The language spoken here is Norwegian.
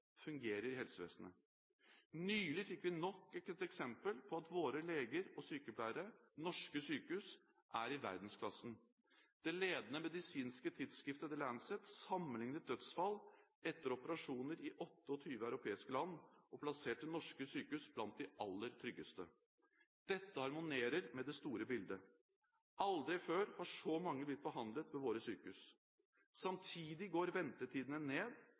fungerer i helsevesenet. Nylig fikk vi nok et eksempel på at våre leger og sykepleiere – norske sykehus – er i verdensklasse. Det ledende medisinske tidsskriftet The Lancet sammenliknet dødsfall etter operasjoner i 28 europeiske land, og plasserte norske sykehus blant de aller tryggeste. Dette harmonerer med det store bildet. Aldri før har så mange blitt behandlet ved våre sykehus. Samtidig går ventetidene ned,